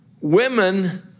women